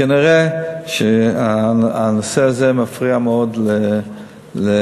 כנראה שהנושא הזה מפריע מאוד לעירייה,